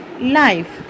life